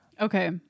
okay